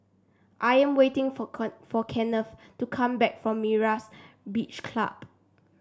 I am waiting for for Kennth to come back from Myra's Beach Club